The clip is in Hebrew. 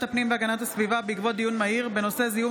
הפנים והגנת הסביבה בעקבות דיון מהיר בהצעתם